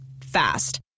Fast